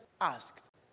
asked